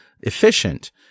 efficient